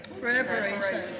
Preparation